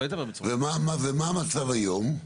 ומה המצב היום?